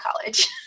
college